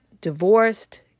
divorced